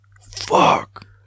Fuck